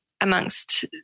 amongst